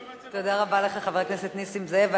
תודה רבה לך, חבר הכנסת נסים זאב.